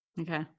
Okay